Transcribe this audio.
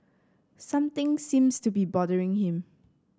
something seems to be bothering him